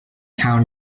town